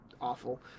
awful